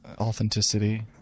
Authenticity